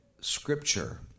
Scripture